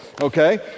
Okay